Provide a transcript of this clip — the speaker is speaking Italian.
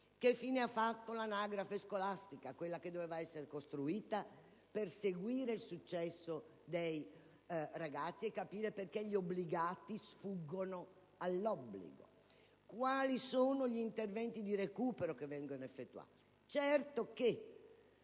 precedenti, circa l'anagrafe scolastica, che doveva essere costruita per seguire il successo dei ragazzi e capire perché gli obbligati sfuggano all'obbligo, e quali siano gli interventi di recupero che vengono effettuati.